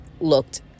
looked